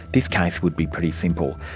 this case would be pretty simple.